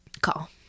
Call